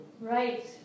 Right